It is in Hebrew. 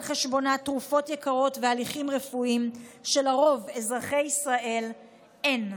חשבונה תרופות יקרות והליכים רפואיים שלרוב אזרחי ישראל אין.